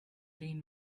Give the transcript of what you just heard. green